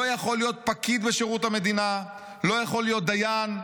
לא יכול להיות פקיד בשירות המדינה ולא יכול להיות דיין,